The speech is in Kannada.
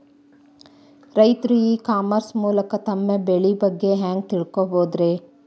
ರೈತರು ಇ ಕಾಮರ್ಸ್ ಮೂಲಕ ತಮ್ಮ ಬೆಳಿ ಬಗ್ಗೆ ಹ್ಯಾಂಗ ತಿಳ್ಕೊಬಹುದ್ರೇ?